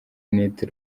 net